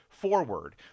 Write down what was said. forward